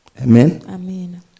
Amen